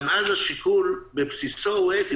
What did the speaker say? גם אז השיקול בבסיסו הוא אתי.